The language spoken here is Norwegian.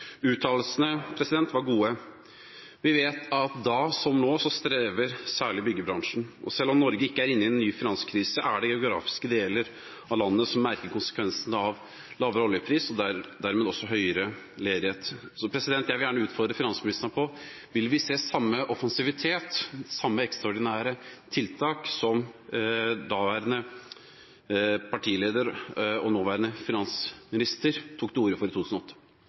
var gode. Vi vet at nå, som da, strever særlig byggebransjen, og selv om Norge ikke er inne i en ny finanskrise, er det geografiske deler av landet som merker konsekvensene av lavere oljepris og dermed også høyere ledighet. Jeg vil gjerne utfordre finansministeren: Vil vi se samme offensivitet, samme ekstraordinære tiltak, som daværende partileder og nåværende finansminister tok til orde for i 2008?